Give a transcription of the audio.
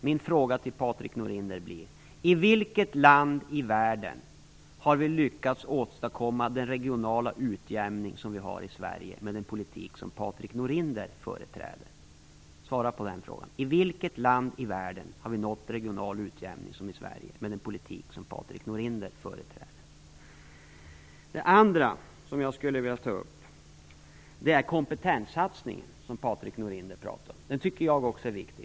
Min fråga till honom blir: I vilket land i världen har man lyckats åstadkomma en sådan regional utjämning som vi har i Sverige med den politik som Patrik Norinder företräder? Svara på den frågan. Det andra som jag skulle vilja ta upp gäller kompetenssatsning, vilket Patrik Norinder talade om. Det tycker även jag är viktigt.